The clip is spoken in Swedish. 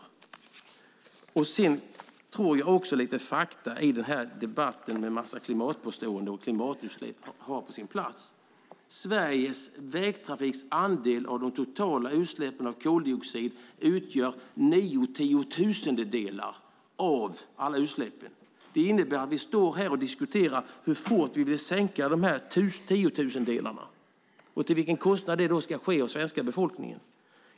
Jag tror också att det kunde vara på sin plats med lite fakta i den här debatten där det kommer så många påståenden om klimatutsläpp. Sveriges vägtrafiks andel av de totala utsläppen av koldioxid utgör nio tiotusendelar av alla utsläpp. Vi står alltså här och diskuterar hur fort vi vill sänka dessa tiotusendelar och till vilken kostnad för svenska befolkningen det ska ske.